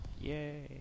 Yay